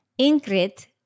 Ingrid